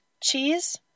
cheese